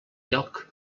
lloc